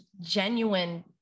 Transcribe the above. genuine